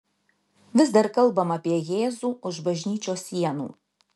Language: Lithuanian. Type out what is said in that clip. vis dar kalbama apie jėzų už bažnyčios sienų